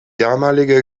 damalige